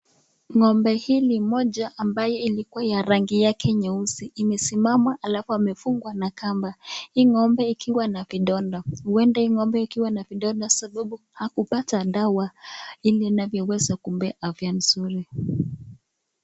Ngombe hili moja ambaye ilikuwa ya rangi yake nyeusi imesimama alafu amefungwa na kamba, hii ngombe ikiwa na vidonda huenda hii ngombe ikiwa na vidonda sababu hakupata dawa yenye inavyoweza kumpea afya mzuri.